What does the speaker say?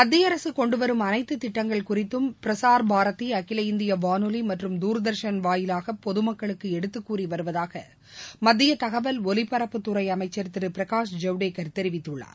மத்திய அரசு கொண்டுவரும் அனைத்து திட்டங்கள் குறித்து பிரசாா் பாரதி அகில இந்திய வானொலி மற்றும் தூர்தர்ஷன் வாயிலாக பொதுமக்களுக்கு எடுத்துக் கூறி வருவதாக மத்திய தகவல் ஒலிபரப்புத்துறை அமைச்சர் திரு பிரகாஷ் ஜவ்டேகர் தெரிவித்துள்ளார்